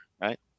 Right